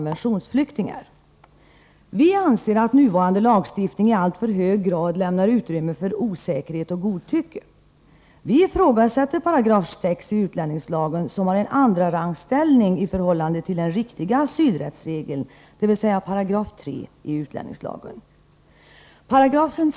Vi anser att nuvarande lagstiftning i alltför hög grad lämnar utrymme för osäkerhet och godtycke. Vi ifrågasätter 6§ i utlänningslagen, som har en andrarangsställning i förhållande till den riktiga asylrättsregeln, dvs. 3§ utlänningslagen.